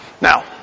Now